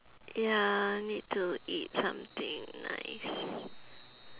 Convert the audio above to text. ya need to eat something nice